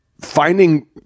finding